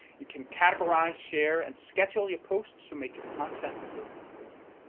you can categorize, share, and schedule your posts to make your content work for you.